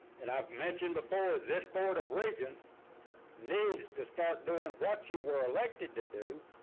and i've mentioned before this board of regents needs to start doing what you were elected to do,